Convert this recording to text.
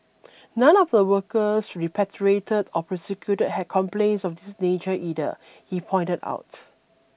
none of the workers repatriated or prosecuted had complaints of this nature either he pointed out